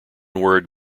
word